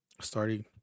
starting